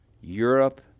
Europe